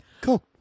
cool